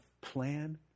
plan